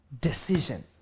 decision